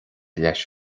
leis